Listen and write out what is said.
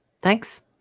Thanks